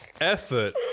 effort